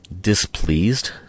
displeased